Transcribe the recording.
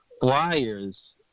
flyers